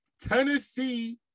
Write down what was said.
Tennessee